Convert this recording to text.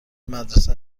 مدرسه